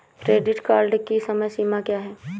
Credit card की समय सीमा क्या है?